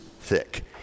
thick